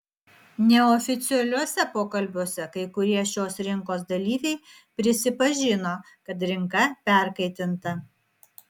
neoficialiuose pokalbiuose kai kurie šios rinkos dalyviai prisipažino kad rinka perkaitinta